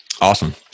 Awesome